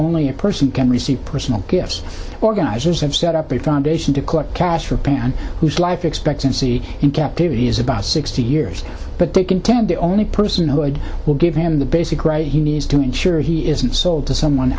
only a person can receive personal gifts organizers have set up a foundation to collect cash for a band whose life expectancy in captivity is about sixty years but they contend the only person who will give him the basic right he needs to sure he isn't sold to someone